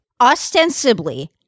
Ostensibly